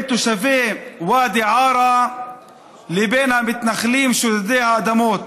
תושבי ואדי עארה לבין המתנחלים שודדי האדמות.